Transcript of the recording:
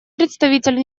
представитель